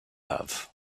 have